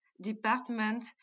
department